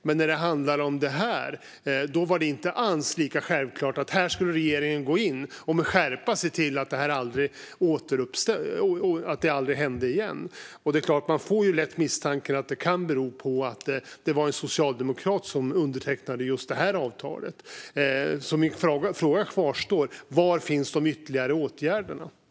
Men i fråga om det nuvarande haveriet var det inte alls lika självklart att regeringen skulle gå in och med skärpa se till att ett sådant haveri aldrig händer igen. Man får lätt misstanken att det kan bero på att det var en socialdemokrat som undertecknade just det avtalet. Min fråga kvarstår om vilka ytterligare åtgärder som ska vidtas.